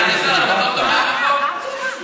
אתה לא תומך בחוק?